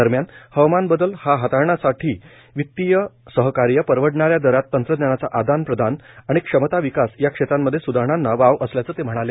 दरम्यान हवामान बदल हा हाताळण्यासाठी वितीय सहकार्य परवडणाऱ्या दरात तंत्रज्ञानाचा आदार प्रदान आणि क्षमता विकास या क्षेत्रांमध्ये सुधारणांना वाव असल्याचं ते म्हणाले